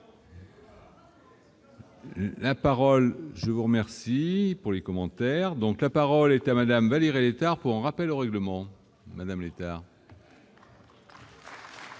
La parole est à Mme Valérie Létard, pour un rappel au règlement.